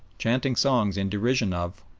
chanting songs in derision of,